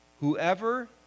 Whoever